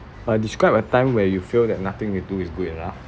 uh describe a time where you feel that nothing you do is good enough